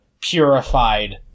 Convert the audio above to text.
purified